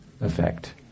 effect